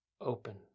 open